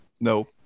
no